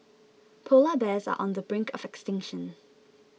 Polar Bears are on the brink of extinction